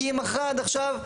כי היא מכרה עד עכשיו,